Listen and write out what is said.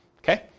Okay